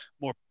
more